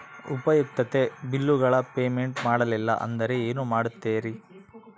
ಉಪಯುಕ್ತತೆ ಬಿಲ್ಲುಗಳ ಪೇಮೆಂಟ್ ಮಾಡಲಿಲ್ಲ ಅಂದರೆ ಏನು ಮಾಡುತ್ತೇರಿ?